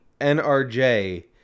NRJ